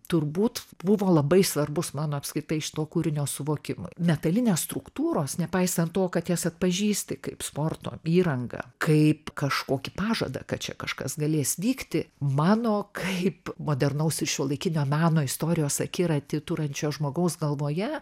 turbūt buvo labai svarbus mano apskritai šito kūrinio suvokimui metalinės struktūros nepaisant to kad jas atpažįsti kaip sporto įrangą kaip kažkokį pažadą kad čia kažkas galės vykti mano kaip modernaus šiuolaikinio meno istorijos akiratį turinčio žmogaus galvoje